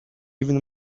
even